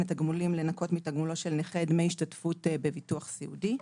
התגמולים לנכות מתגמולו של נכה דמי השתתפות בביטוח סיעודי.